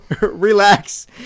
Relax